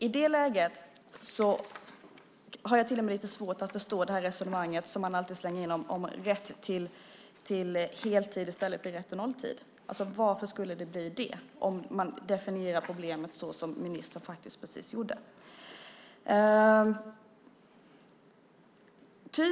I det läget har jag svårt att förstå resonemanget om att rätt till heltid i stället blir rätt till nolltid. Varför skulle det bli det om man definierar problemet så som ministern just gjorde?